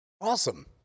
Awesome